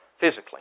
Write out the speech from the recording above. physically